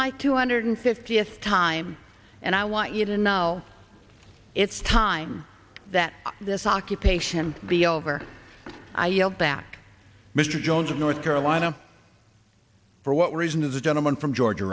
my two hundred fiftieth time and i want you to know it's time that this occupation be over i yield back mr jones of north carolina for what reason is the gentleman from georgia